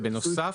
זה בנוסף?